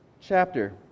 chapter